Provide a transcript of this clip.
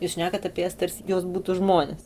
jūs šnekat apie jas tarsi jos būtų žmones